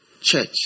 church